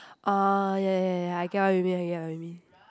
uh ya ya ya I get what you mean I get what you mean